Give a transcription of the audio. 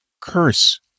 curse